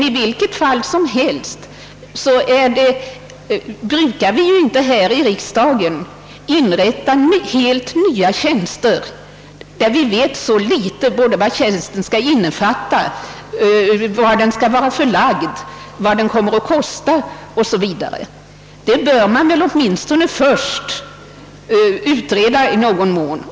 I vil ket fall som helst brukar vi inte här i riksdagen inrätta helt nya tjänster när vi vet så litet om vad tjänsten skall innebära, var den skall vara förlagd och vad den kommer att kosta. Det bör väl först utredas i någon mån.